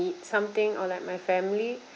something or like my family